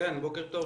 בוקר טוב,